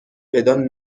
بدان